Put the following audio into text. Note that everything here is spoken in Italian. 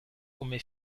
come